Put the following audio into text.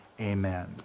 Amen